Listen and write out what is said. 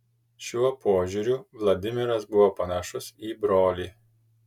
šiuo požiūriu vladimiras buvo panašus į brolį